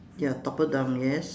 ya toppled down yes